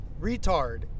retard